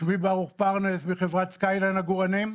שמי ברוך פרנס, מחברת סקייליין עגורנים.